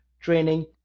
training